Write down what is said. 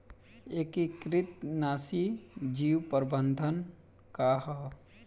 एकीकृत नाशी जीव प्रबंधन का ह?